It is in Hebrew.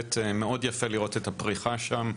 ובהחלט מאוד יפה לראות את הפריחה שם,